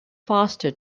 faster